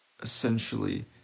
essentially